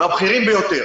מהבכירים ביותר